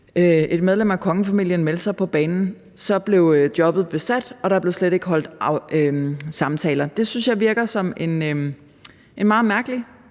et medlem af kongefamilien meldte sig på banen, blev jobbet besat, og der blev slet ikke holdt samtaler. Det synes jeg virker som en meget mærkelig